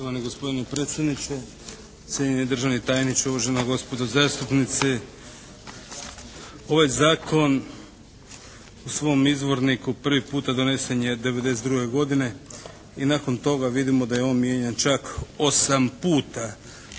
Poštovani gospodine predsjedniče, cijenjeni državni tajniče, uvažena gospodo zastupnici. Ovaj zakon u svom izvorniku prvi puta donesen je '92. godine i nakon toga vidimo da je on mijenjan čak 8 puta,